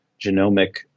genomic